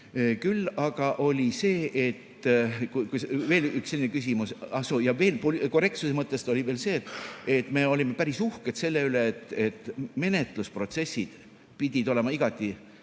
Küll aga oli veel üks selline küsimus ... Ah soo, ja korrektsuse mõttes oli veel see, et me olime päris uhked selle üle, et menetlusprotsessid pidid olema igati